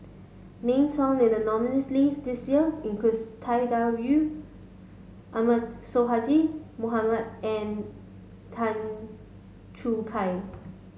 names found in the nominees list this year includes Tang Da Wu Ahmad Sonhadji Mohamad and Tan Choo Kai